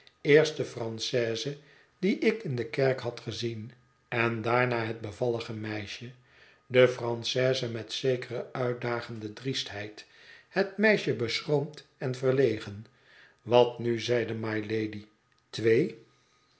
de francaise die ik in de kerk had gezien en daarna het bevallige meisje de francaise met zekere uitdagende driestheid het meisje beschroomd en verlegen wat nu zeide mylady twee